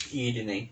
இடுனை:idunai